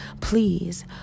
Please